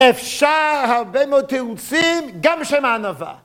אפשר הרבה מאוד תירוצים, גם שהם מענווה.